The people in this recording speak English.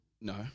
No